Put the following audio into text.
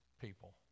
people